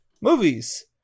movies